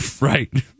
Right